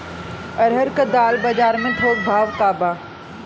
अरहर क दाल बजार में थोक भाव का बा?